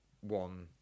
one